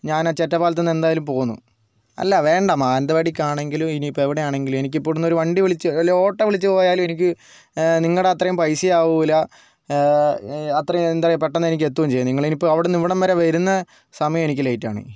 ഞാൻ ആ ചെറ്റപ്പാലത്തീന്നു എന്തായാലും പോന്നു അല്ല വേണ്ട മാനന്തവാടിക്കാണെങ്കിലും ഇനിയിപ്പോൾ എവിടെ ആണെങ്കിലും എനിക്കിപ്പോൾ ഇവിടെന്നൊരു വണ്ടി വിളിച്ച് അല്ലേ ഓട്ടോ വിളിച്ച് പോയാലും എനിക്ക് ഏ നിങ്ങടത്രേം പൈസേം ആവുല്ല അത്രേം എന്താ പെട്ടന്നെനിക്ക് എത്തും ചെയ്യാം നിങ്ങളിനിയിപ്പോൾ അവിടെന്നിവിടം വരെ വരുന്ന സമയം എനിക്ക് ലേറ്റാണ്